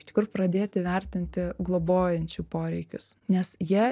iš tikrųjų pradėti vertinti globojančių poreikius nes jie